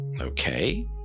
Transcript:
Okay